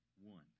One